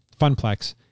Funplex